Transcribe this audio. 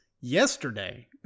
yesterday